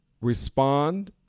respond